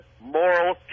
moral